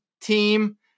team